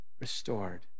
restored